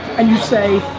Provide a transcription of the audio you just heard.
and you say